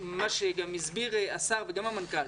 והסבירו השר והמנכ"ל